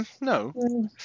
No